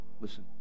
listen